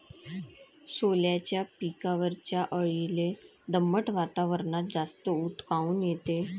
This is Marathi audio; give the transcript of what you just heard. सोल्याच्या पिकावरच्या अळीले दमट वातावरनात जास्त ऊत काऊन येते?